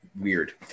weird